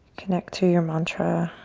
connect to your mantra.